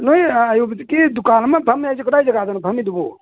ꯅꯣꯏ ꯑꯌꯨꯔꯚꯦꯗꯤꯛꯀꯤ ꯗꯨꯀꯥꯟ ꯑꯃ ꯐꯝꯃꯦ ꯍꯥꯏꯖꯦ ꯀꯗꯥꯏ ꯖꯒꯥꯗꯅꯣ ꯐꯝꯃꯤꯗꯨꯕꯣ